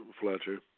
Fletcher